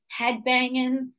headbanging